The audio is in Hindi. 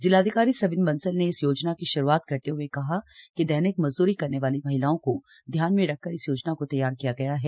जिलाधिकारी सबिन बसंल ने इस योजना की श्रूआत करते हृए कहा कि दैनिक मजदूरी करने वाली महिलाओं को ध्यान में रखकर इस योजना को तैयार किया गया है